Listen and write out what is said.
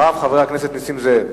ואחריו, חבר הכנסת נסים זאב.